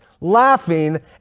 laughing